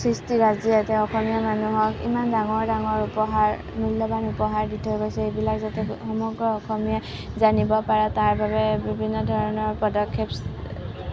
সৃষ্টিৰাজিয়ে তেওঁ অসমীয়া মানুহক ইমান ডাঙৰ ডাঙৰ উপহাৰ মূল্যৱান উপহাৰ দি থৈ গৈছে এইবিলাক যাতে সমগ্ৰ অসমে জানিব পাৰে তাৰ বাবে বিভিন্ন ধৰণৰ পদক্ষেপ